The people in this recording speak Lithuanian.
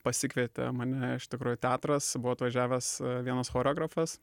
pasikvietė mane iš tikro teatras buvo atvažiavęs vienas choreografas